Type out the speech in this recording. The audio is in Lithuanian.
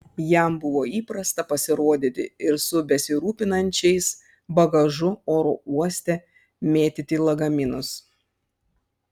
jam buvo įprasta pasirodyti ir su besirūpinančiais bagažu oro uoste mėtyti lagaminus